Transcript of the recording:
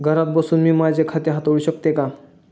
घरात बसून मी माझे खाते हाताळू शकते का?